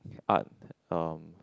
art uh